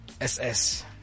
SS